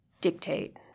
dictate